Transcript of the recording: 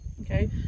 okay